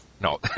no